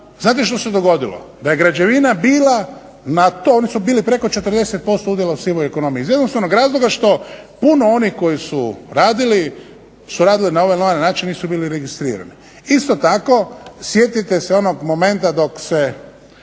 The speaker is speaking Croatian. znate što se dogodilo? Da je građevina bila, oni su bili preko 40% udjela u sivoj ekonomiji iz jednostavnog razloga što puno onih koji su radili su radili na ovaj ili onaj način. Nisu bili registrirani. Isto tako, sjetite se onog momenta dok se